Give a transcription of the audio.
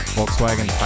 Volkswagen